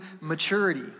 maturity